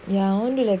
ya own be like